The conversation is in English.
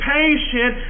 patient